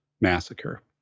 Massacre